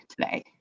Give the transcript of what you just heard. today